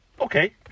Okay